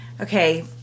Okay